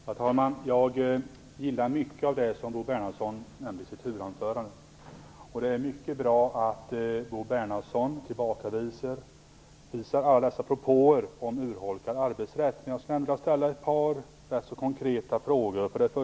Fru talman! Jag gillar mycket av det som Bo Bernhardsson nämnde i sitt huvudanförande. Det är mycket bra att Bo Bernhardsson tillbakavisar alla propåer om urholkad arbetsrätt. Men jag skall ändå ställa ett par rätt så konkreta frågor.